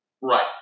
right